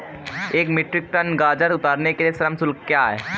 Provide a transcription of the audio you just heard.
एक metric tonne गाजर उतारने के लिए श्रम शुल्क क्या है?